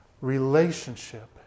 Relationship